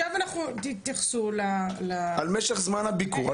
תתייחסו --- תתייחסו למשך זמן הביקור.